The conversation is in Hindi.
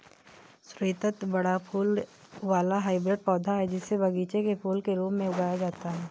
स्रीवत बड़ा फूल वाला हाइब्रिड पौधा, जिसे बगीचे के फूल के रूप में उगाया जाता है